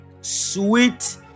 sweet